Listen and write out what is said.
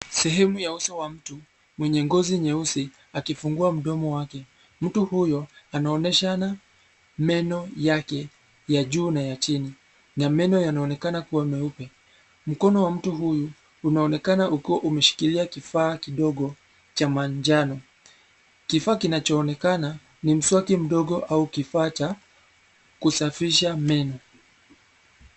Sehemu ya uso wa mtu; mwenye ngozi nyeusi, akifungua mdomo wake. Mtu huyo anaonyeshana meno yake ya juu na ya chini na meno yanaonekana kuwa meupe. Mkono wa mtu huyu unaonekana umeshikilia kifaa kidogo cha manjano. Kifaa kinachoonekana ni mswaki mdogo au kifaa cha kusafisha meno.